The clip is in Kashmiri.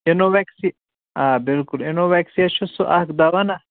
اِنووٮ۪کسی آ بِلکُل اِنووٮ۪کسِیا چھُ سُہ اکھ دوا نا